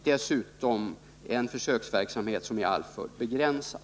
Dessutom är försöksverksamheten som sagt alltför begränsad.